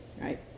right